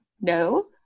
no